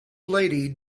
lady